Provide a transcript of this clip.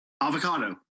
Avocado